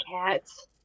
cats